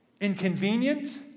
inconvenient